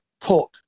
put